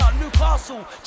Newcastle